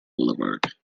boulevard